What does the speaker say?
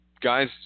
guys